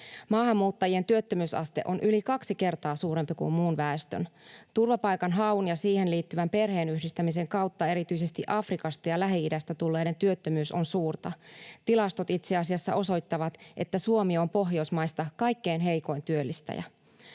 Maahanmuuttajien työttömyysaste on yli kaksi kertaa suurempi kuin muun väestön. Turvapaikanhaun ja siihen liittyvän perheenyhdistämisen kautta erityisesti Afrikasta ja Lähi-idästä tulleiden työttömyys on suurta. Tilastot itse asiassa osoittavat, että Suomi on Pohjoismaista kaikkein heikoin työllistäjä.